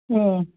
ꯎꯝ